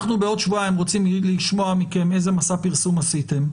בעוד שבועיים אנחנו רוצים לשמוע מכם איזה מסע פרסום עשיתם,